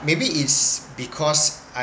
maybe it's because